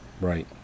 Right